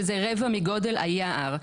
שזה רבע מגודל היער.